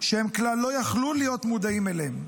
שכלל לא יכלו להיות מודעים להן.